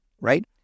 right